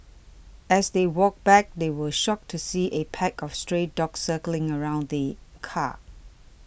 as they walked back they were shocked to see a pack of stray dogs circling around the car